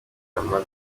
inama